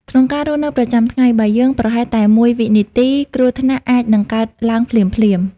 ក្នុងការរស់នៅប្រចាំថ្ងៃ បើយើងប្រហែសតែមួយវិនាទី គ្រោះថ្នាក់អាចនឹងកើតឡើងភ្លាមៗ។